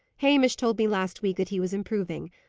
hamish told me last week that he was improving.